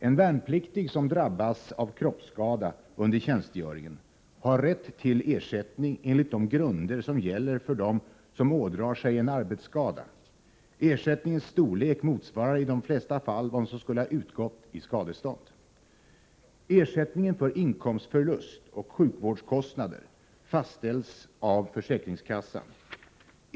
En värnpliktig som drabbas av kroppsskada under tjänstgöringen har rätt till ersättning enligt de grunder som gäller för dem som ådrar sig en arbetsskada. Ersättningens storlek motsvarar i de flesta fall vad som skulle ha utgått i skadestånd. Ersättningen för inkomstförlust och sjukvårdskostnader fastställs av försäkringskassan.